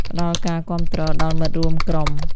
ផ្តល់ការគាំទ្រដល់មិត្តរួមក្រុម។